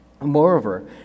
Moreover